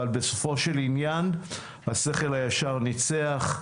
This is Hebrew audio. בסופו של עניין, השכל הישר ניצח,